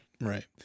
Right